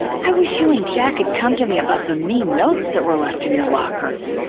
i wish you and jack had come to me about the mean notes that were left in your lockers.